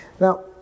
Now